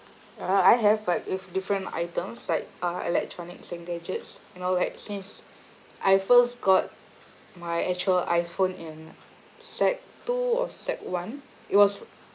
uh I have like if different items like uh electronics and gadgets you know like since I first got my actual iPhone in sec two or sec one it was